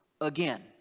again